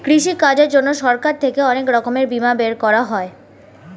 কৃষিকাজের জন্যে সরকার থেকে অনেক রকমের বিমাপত্র বের করা হয়